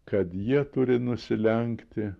kad jie turi nusilenkti